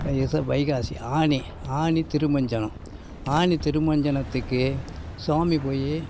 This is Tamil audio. வைகச வைகாசி ஆனி ஆனி திருமஞ்சனம் ஆனி திருமஞ்சனத்துக்கு சுவாமி போய்